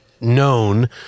known